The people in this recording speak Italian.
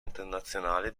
internazionale